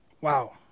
Wow